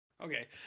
Okay